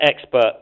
expert